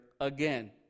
again